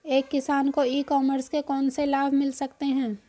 एक किसान को ई कॉमर्स के कौनसे लाभ मिल सकते हैं?